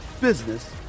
business